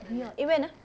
oh ya eh when ah